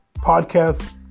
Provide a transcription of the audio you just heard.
podcast